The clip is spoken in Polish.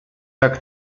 jak